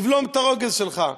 תבלום את הרוגז שלך.